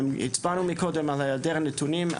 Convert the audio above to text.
הצבענו מקודם על היעדר נתונים.